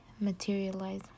materialize